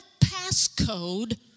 passcode